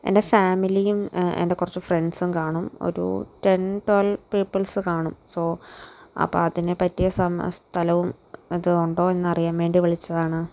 എൻ്റെ ഫാമിലിയും എൻ്റെ കുറച്ച് ഫ്രണ്ട്സും കാണും ഒരു ടെന് റ്റൊലവ് പീപ്പിൾസ് കാണും സോ അപ്പ അതിനു പറ്റിയ സമ് സ്ഥലവും ഇത് ഉണ്ടോ എന്ന് അറിയാൻ വേണ്ടി വിളിച്ചതാണ്